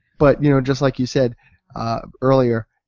but you know just like you said earlier,